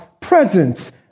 presence